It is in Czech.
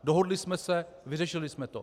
Dohodli jsme se, vyřešili jsme to.